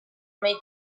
meid